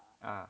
hmm